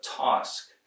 task